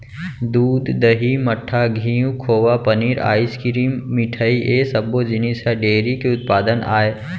दूद, दही, मठा, घींव, खोवा, पनीर, आइसकिरिम, मिठई ए सब्बो जिनिस ह डेयरी के उत्पादन आय